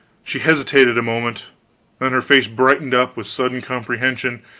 she hesitated a moment then her face brightened up with sudden comprehension,